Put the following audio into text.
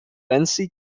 vince